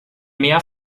mehr